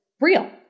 real